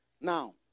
Now